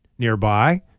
Nearby